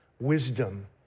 wisdom